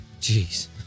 Jeez